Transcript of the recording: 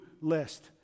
list